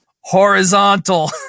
horizontal